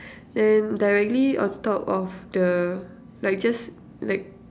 then directly on top of the like just like